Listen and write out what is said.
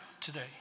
today